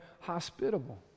hospitable